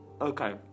Okay